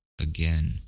again